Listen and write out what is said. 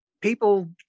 people